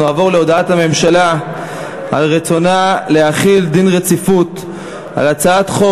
אנחנו נעבור להודעת הממשלה על רצונה להחיל דין רציפות על הצעת חוק